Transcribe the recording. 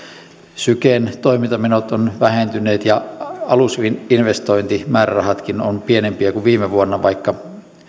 syken toimintamenot ovat vähentyneet ja alusinvestointimäärärahatkin ovat pienempiä kuin viime vuonna vaikka